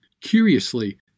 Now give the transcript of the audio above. Curiously